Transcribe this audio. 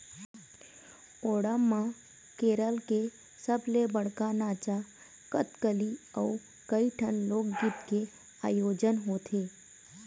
ओणम म केरल के सबले बड़का नाचा कथकली अउ कइठन लोकगीत के आयोजन होथे